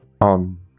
on